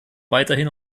weiterhin